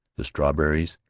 the strawberries,